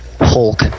Hulk